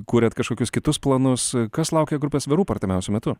kuriat kažkokius kitus planus kas laukia grupės the roop artimiausiu metu